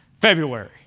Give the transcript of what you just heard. February